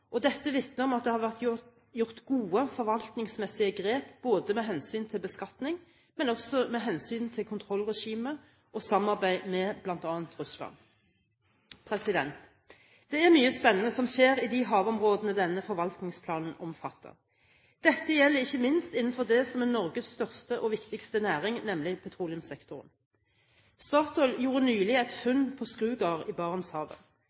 og dette vitner om at det har vært gjort gode forvaltningsmessige grep både med hensyn til beskatning og med hensyn til kontrollregimet og samarbeid med bl.a. Russland. Det er mye spennende som skjer i de havområdene denne forvaltningsplanen omfatter. Dette gjelder ikke minst innenfor det som er Norges største og viktigste næring, nemlig petroleumssektoren. Statoil gjorde nylig et funn på Skrugard i Barentshavet,